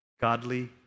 Godly